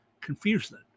Confusion